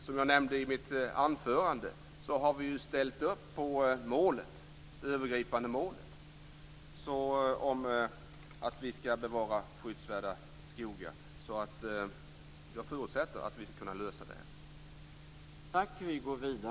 Som jag nämnde i mitt anförande har vi ställt upp på det övergripande målet att vi ska bevara skyddsvärda skogar, så jag förutsätter att vi ska kunna lösa det här.